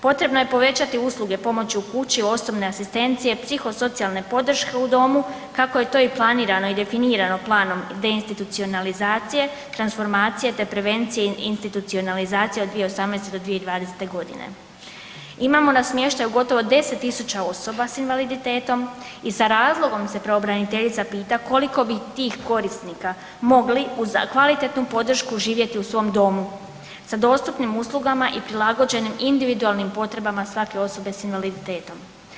Potrebno je povećati usluge pomoć u kući, osobne asistencije, psihosocijalne podrške u domu kako je to i planirano i definirano planom deinstitucionalizacije, transformacije te prevencije i institucionalizacije od 2018.-2020.g. Imamo na smještaju gotovo 10.000 osoba s invaliditetom i sa razlogom se pravobraniteljica pita koliko bi tih korisnika mogli uz kvalitetnu podršku živjeti u svom domu sa dostupnim uslugama i prilagođenim individualnim potrebama svake osobe s invaliditetom.